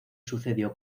sucedió